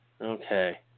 Okay